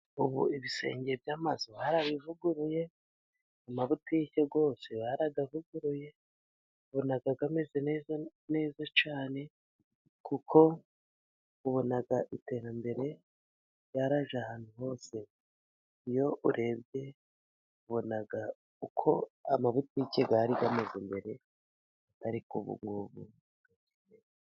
Ubu ibisenge by'amazu barabivuguruye ,amabutike yose barayavuguruye, ubona ameze neza, neza cyane ,kuko ubona iterambere ryaraje ahantu hose ,iyo urebye ubona uko amabutike yari ameze mbere ariko ubu ngubu.